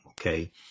Okay